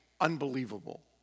unbelievable